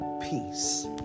peace